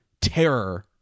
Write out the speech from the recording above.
Terror